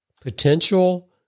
potential